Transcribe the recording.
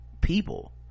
people